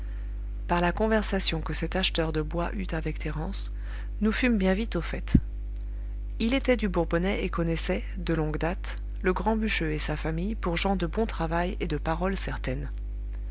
par la conversation que cet acheteur de bois eut avec thérence nous fûmes bien vite au fait il était du bourbonnais et connaissait de longue date le grand bûcheux et sa famille pour gens de bon travail et de parole certaine